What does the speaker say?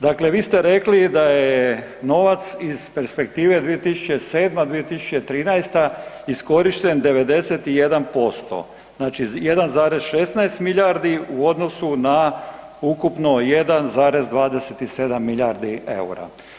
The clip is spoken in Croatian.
Dakle, vi ste rekli da je novac iz perspektive 2007.-2013. iskorišten 91%, znači 1,16 milijardi u odnosu na ukupno 1,27 milijardi eura.